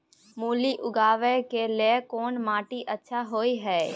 मूली उगाबै के लेल कोन माटी अच्छा होय है?